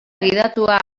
gidatua